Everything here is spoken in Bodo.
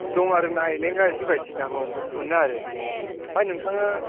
दङ आरो ना एलेंगा बिदिनो बायदिसिनाखौ मोनो आरो आमफाय नोंथाङा